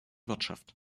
wirtschaft